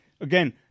Again